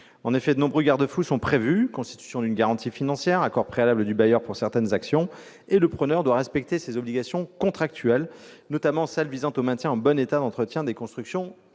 En effet, de nombreux garde-fous sont prévus, comme la constitution d'une garantie financière ou la nécessité de l'accord préalable du bailleur pour certaines actions, et le preneur doit respecter ses obligations contractuelles, notamment celle de maintenir en bon état d'entretien les constructions